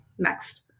next